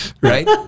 right